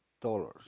dollars